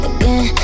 Again